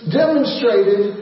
demonstrated